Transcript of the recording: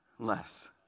Less